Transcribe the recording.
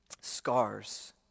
Scars